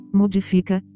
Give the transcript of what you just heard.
modifica